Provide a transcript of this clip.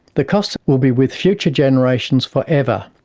the cost will be with future generations forever,